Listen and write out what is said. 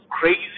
crazy